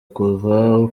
kuza